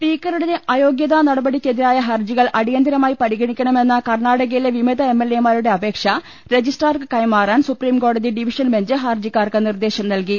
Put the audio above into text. സ്പീക്കറുടെ അയോഗൃതാ നടപടിക്കെതിരായ ഹർജികൾ അടി യന്തരമായി പരിഗണിക്കണമെന്ന കർണാടകയിലെ വിമത എംഎൽ എമാരുടെ അപേക്ഷ രജിസ്ട്രാർക്ക് കൈമാറാൻ സുപ്രീംകോടതി ഡിവിഷൻ ബെഞ്ച് ഹർജിക്കാർക്ക് നിർദേശം നൽകി